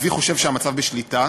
אבי חושב שהמצב בשליטה,